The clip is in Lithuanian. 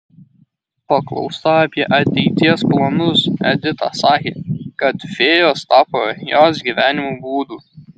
paklausta apie ateities planus edita sakė kad fėjos tapo jos gyvenimo būdu